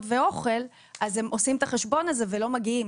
ואוכל אז הם עושים את החשבון הזה ולא מגיעים.